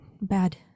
bad